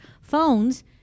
phones